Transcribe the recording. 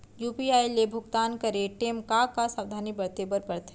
UPI ले भुगतान करे टेम का का सावधानी बरते बर परथे